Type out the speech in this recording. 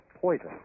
poison